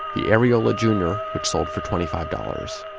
the aeriola jr, which sold for twenty five dollars.